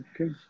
Okay